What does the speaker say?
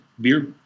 beer